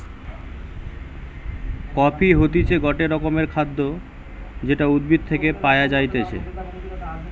coffee হতিছে গটে রকমের খাদ্য যেটা উদ্ভিদ থেকে পায়া যাইতেছে